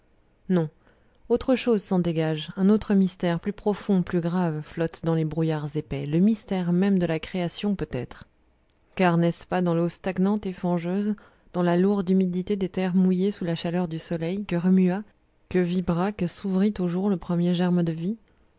non autre chose s'en dégage un autre mystère plus profond plus grave flotte dans les brouillards épais le mystère même de la création peut-être car n'est-ce pas dans l'eau stagnante et fangeuse dans la lourde humidité des terres mouillées sous la chaleur du soleil que remua que vibra que s'ouvrit au jour le premier germe de vie